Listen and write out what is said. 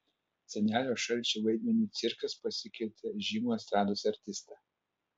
senelio šalčio vaidmeniui cirkas pasikvietė žymų estrados artistą